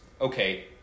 okay